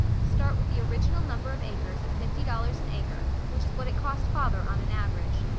start with the original number of acres at fifty dollars an acre which is what it cost father on an average.